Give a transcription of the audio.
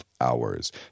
hours